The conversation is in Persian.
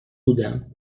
بودم